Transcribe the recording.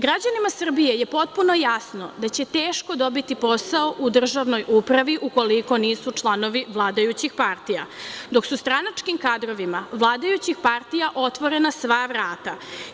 Građanima Srbije je potpuno jasno da će teško dobiti posao u državnoj upravi, ukoliko nisu članovi vladajućih partija, dok su stranačkim kadrovima vladajućih partija otvorena sva vrata.